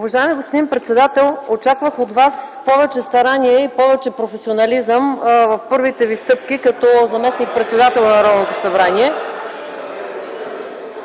Уважаеми господин председател, очаквах от Вас повече старание и повече професионализъм в първите Ви стъпки като заместник-председател на